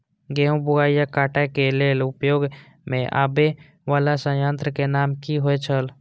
गेहूं बुआई आ काटय केय लेल उपयोग में आबेय वाला संयंत्र के नाम की होय छल?